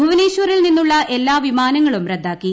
ഭൂവനേശ്വറിൽനിന്നുള്ള എല്ലാ വിമാനങ്ങളും റദ്ദാക്കി